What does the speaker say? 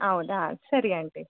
ಹೌದಾ ಸರಿ ಆಂಟಿ